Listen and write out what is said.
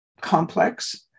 Complex